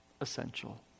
essential